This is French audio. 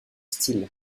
style